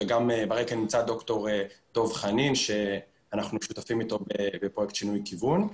וגם ברקע נמצא ד"ר דב חנין שאנחנו שותפים איתו בפרויקט "שינוי כיוון".